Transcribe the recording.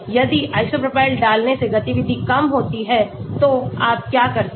यदि iso propyl डालने से गतिविधि कम होती है तो आप क्या करते हैं